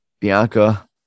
Bianca